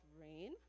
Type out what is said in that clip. rain